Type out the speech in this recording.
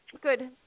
good